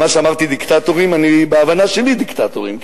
גם מה שאמרתי "דיקטטורים", בהבנה שלי דיקטטורים.